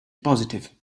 positive